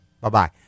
Bye-bye